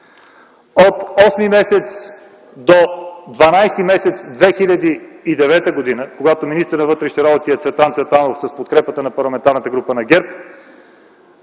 От м. август до м. декември 2009 г., когато министър на вътрешните работи е Цветан Цветанов с подкрепата на Парламентарната група на ГЕРБ,